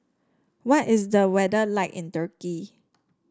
what is the weather like in Turkey